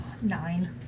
Nine